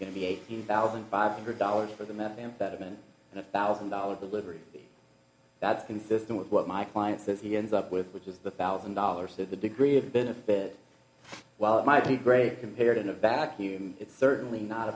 to be eighteen thousand five hundred dollars for the methamphetamine and a thousand dollars a livery that's consistent with what my client says he ends up with which is the thousand dollars that the degree of benefit while it might be great compared in a vacuum it's certainly not